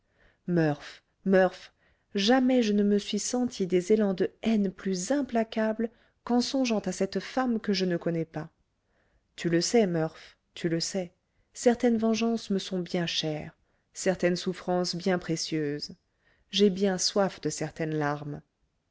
murph murph jamais je ne me suis senti des élans de haine plus implacable qu'en songeant à cette femme que je ne connais pas tu le sais murph tu le sais certaines vengeances me sont bien chères certaines souffrances bien précieuses j'ai bien soif de certaines larmes